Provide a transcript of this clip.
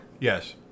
Yes